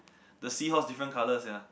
the seahorse is different colour sia